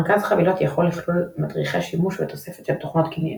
ארגז חבילות יכול לכלול מדריכי שימוש ותוספת של תוכנות קנייניות.